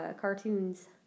cartoons